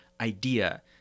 idea